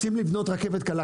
רוצים לבנות רכבת קלה,